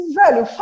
velho